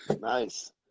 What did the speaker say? Nice